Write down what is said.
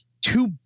two